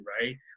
right